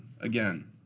again